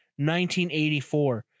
1984